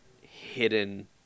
hidden